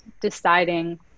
deciding